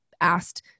asked